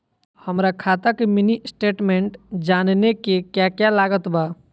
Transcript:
हमरा खाता के मिनी स्टेटमेंट जानने के क्या क्या लागत बा?